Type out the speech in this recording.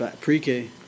Pre-K